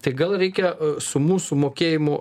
tai gal reikia su mūsų mokėjimu